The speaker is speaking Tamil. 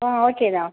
ஓ ஓகே தான்